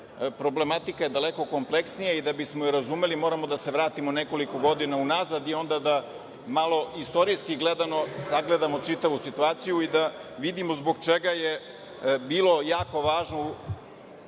problematika je daleko kompleksnija i, da bismo je razumeli, moramo da se vratimo nekoliko godina unazad i onda da malo istorijski gledano sagledamo čitavu situaciju i da vidimo zbog čega je bilo jako važno